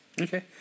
okay